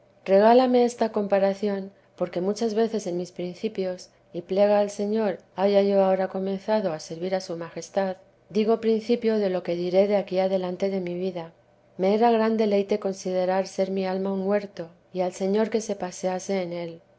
regálame esta comparación porque muchas veces en mis principios y plegaal señor haya yo ahora comenzado a servir a su majestad digo principio de lo que diré de aquí adelante de mi vida me era gran deleite considerar ser mi alma un huerto y al señor que se pasease en él